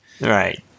Right